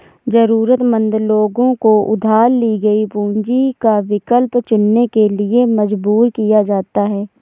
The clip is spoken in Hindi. जरूरतमंद लोगों को उधार ली गई पूंजी का विकल्प चुनने के लिए मजबूर किया जाता है